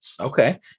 Okay